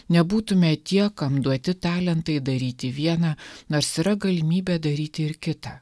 nebūtume tie kam duoti talentai daryti viena nors yra galimybė daryti ir kita